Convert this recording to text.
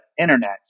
internet